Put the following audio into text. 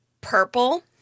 purple